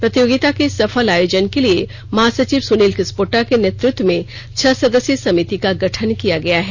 प्रतियोगिता के सफल आयोजन के लिए महासचिव सुनील किस्पोट्टा के नेतृत्व में छह सदस्यीय समिति का गठन किया गया है